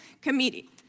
committee